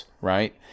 right